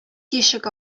тишек